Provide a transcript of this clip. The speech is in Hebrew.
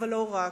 אך לא רק.